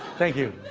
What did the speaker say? thank you.